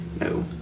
no